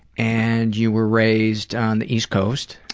and you were raised on the east coast.